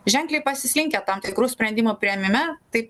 ženkliai pasislinkę tam tikrų sprendimų priėmime tai